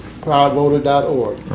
Proudvoter.org